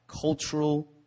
cultural